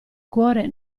cuore